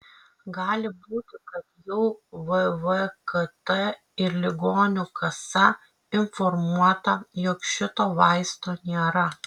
gali būti kad jau vvkt ir ligonių kasa informuota jog šito vaisto nėra